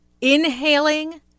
inhaling